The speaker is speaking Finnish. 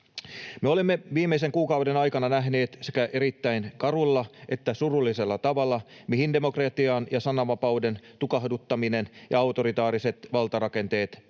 Me olemme viimeisen kuukauden aikana nähneet sekä erittäin karulla että surullisella tavalla, mihin demokratian ja sananvapauden tukahduttaminen ja autoritaariset valtarakenteet